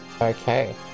Okay